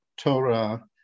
Torah